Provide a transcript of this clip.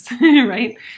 right